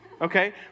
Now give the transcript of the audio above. okay